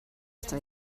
ata